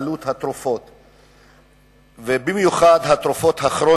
על התלונות ועל דוח משרד הבריאות.